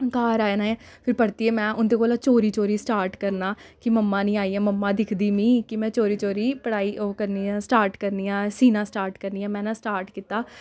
घर आना फिर परतियै में उं'दे कोला चोरी चोरी स्टार्ट करना कि मम्मा निं आई ऐ मम्मा दिखदी मीं कि में चोरी चोरी पढ़ाई ओह् करनी आं स्टार्ट करनी आं सीना स्टार्ट करनी आं में न स्टार्ट कीता